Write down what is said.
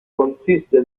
consiste